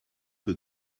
peu